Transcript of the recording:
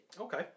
Okay